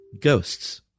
ghosts